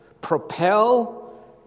propel